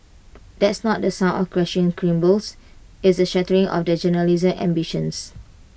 that's not the sound of crashing cymbals it's the shattering of their journalism ambitions